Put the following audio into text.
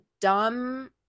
dumb